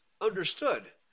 understood